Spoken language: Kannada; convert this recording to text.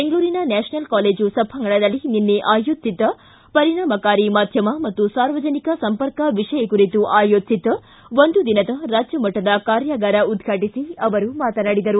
ಬೆಂಗಳೂರಿನ ನ್ಯಾಷನಲ್ ಕಾಲೇಜು ಸಭಾಂಗಣದಲ್ಲಿ ನಿನ್ನೆ ಆಯೋಜಿಸಿದ್ದ ಪರಿಣಾಮಕಾರಿ ಮಾಧ್ಯಮ ಮತ್ತು ಸಾರ್ವಜನಿಕ ಸಂಪರ್ಕ ವಿಷಯ ಕುರಿತು ಆಯೋಜಿಸಿದ್ದ ಒಂದು ದಿನದ ರಾಜ್ಯ ಮಟ್ಸದ ಕಾರ್ಯಾಗಾರ ಉದ್ವಾಟಿಸಿ ಅವರು ಮಾತನಾಡಿದರು